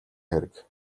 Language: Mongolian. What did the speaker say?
хэрэг